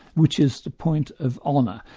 which is the point of honour.